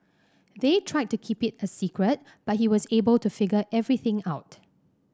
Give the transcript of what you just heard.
they tried to keep it a secret but he was able to figure everything out